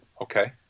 Okay